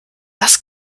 das